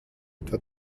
etwa